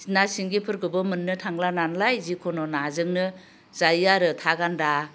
ना सिंगिफोरखौबो मोननोबो थांला नालाय जिखुनु नाजोंनो जायो आरो थागान्दा